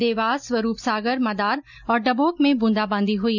देवास स्वरूपसागर मदार और डबोक में बुंदाबांदी हई